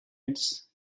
reds